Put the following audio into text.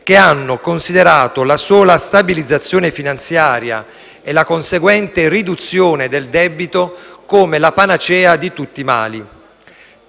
che hanno considerato la sola stabilizzazione finanziaria e la conseguente riduzione del debito come la panacea di tutti i mali.